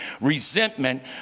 resentment